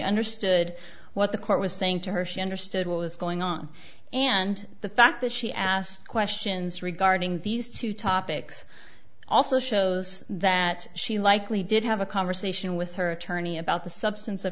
understood what the court was saying to her she understood what was going on and the fact that she asked questions regarding these two topics also shows that she likely did have a conversation with her attorney about the substance of